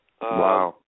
Wow